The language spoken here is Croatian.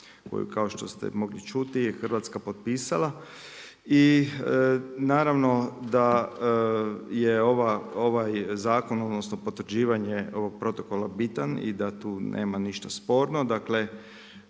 koju kao što ste mogli čuti je Hrvatska potpisala i naravno, da je ovaj zakon, odnosno, potvrđivanje ovog protokola bitan i da tu nema ništa sporno.